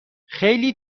خیلی